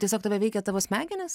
tiesiog tave veikia tavo smegenis